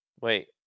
Wait